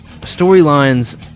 storylines